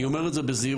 אני אומר את זה בזהירות,